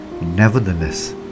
Nevertheless